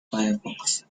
firefox